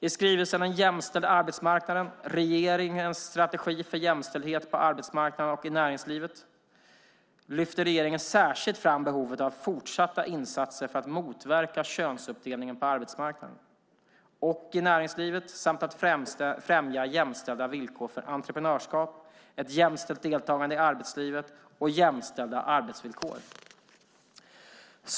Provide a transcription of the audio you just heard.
I skrivelsen En jämställd arbetsmarknad - regeringens strategi för jämställdhet på arbetsmarknaden och i näringslivet lyfte regeringen särskilt fram behovet av fortsatta insatser för att motverka könsuppdelningen på arbetsmarknaden och i näringslivet samt att främja jämställda villkor för entreprenörskap, ett jämställt deltagande i arbetslivet och jämställda arbetslivsvillkor.